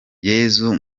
yesu